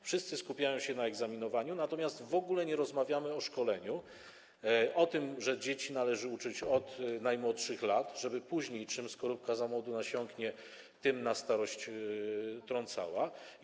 Wszyscy skupiają się na egzaminowaniu, natomiast w ogóle nie rozmawiamy o szkoleniu, o tym, że dzieci należy uczyć od najmłodszych lat, że czym skorupka za młodu nasiąknie, tym na starość trąci.